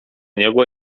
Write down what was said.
niebo